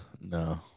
no